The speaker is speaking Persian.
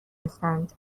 هستند